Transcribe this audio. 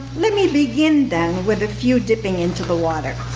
let me begin then with a few dipping into the water.